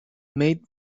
made